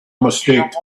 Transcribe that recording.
mistake